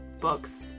books